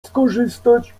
skorzystać